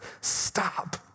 stop